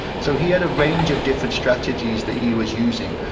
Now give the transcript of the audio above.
so he had a range of different strategies that he was using.